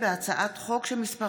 ירושלים, הכנסת, שעה